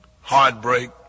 heartbreak